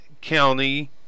county